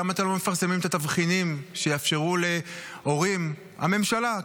למה אתם לא מפרסמים את התבחינים שיאפשרו להורים ------ הממשלה,